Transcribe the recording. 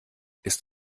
ist